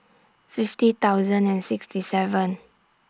fifty thousand and sixty seven